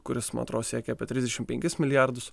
kuris man atrodo siekia apie trisdešimt penkis milijardus